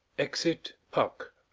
exit puck